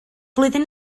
flwyddyn